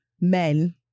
men